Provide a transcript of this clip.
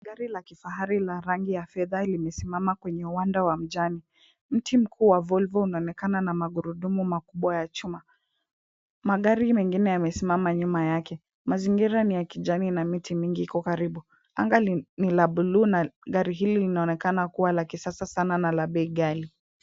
Gari la kifahari la rangi ya fedha limesimama kwenye uanda wa mjani! Mti mkuu wa Volvo unaonekana na magurudumu makubwa ya chuma. Magari mengine yamesimama nyuma yake. Mazingira ni ya kijani na miti mingi mingi iko karibu. Anga ni la buluu na gari hili linaonekana kuwa la kisasa sana na la bei ghali.